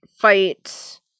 fight